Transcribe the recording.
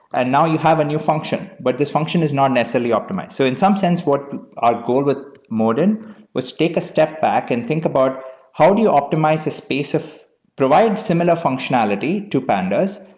and now you have a new function. but this function is not necessarily optimized. so in some sense, what our goal with modin was take a step back and think about how do you optimize a space? provide similar functionality to pandas,